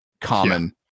common